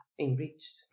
enriched